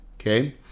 okay